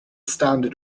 standard